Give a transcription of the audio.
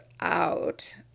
out